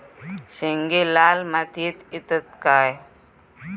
शेंगे लाल मातीयेत येतत काय?